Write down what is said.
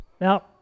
Now